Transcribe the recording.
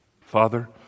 Father